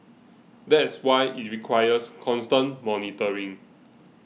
that's why it requires constant monitoring